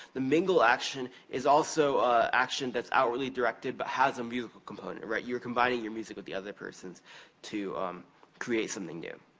the mingle action is also an action that's outwardly directed, but has a music component. you're combining your music with the other person's to create something new.